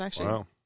Wow